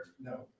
No